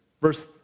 verse